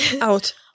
out